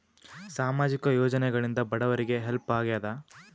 ಸಾಮಾಜಿಕ ಯೋಜನೆಗಳಿಂದ ಬಡವರಿಗೆ ಹೆಲ್ಪ್ ಆಗ್ಯಾದ?